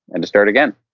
and to start again,